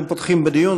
אנחנו פותחים בדיון.